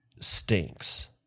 stinks